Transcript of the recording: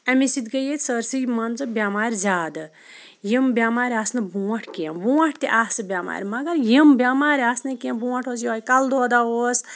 امے سۭتۍ گٔے ییٚتہِ سٲرسٕے مان ژٕ بیٚمارِ زیادٕ یِم بیٚمارِ آس نہٕ بونٛٹھ کینٛہہ بونٛٹھ تہِ آسہ بیٚمارِ مَگَر یِم بیٚمارِ آسنہٕ کینٛہہ بونٛٹھ اوس یُہے کَلہٕ دودا اوس